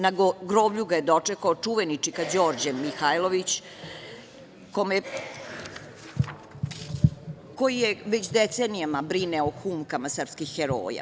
Na groblju ga je dočekao čuveni čika Đorđe Mihajlović koji već decenijama brine o humkama srpskih heroja.